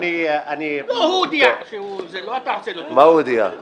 הוא הודיע שהוא -- מה הוא הודיע?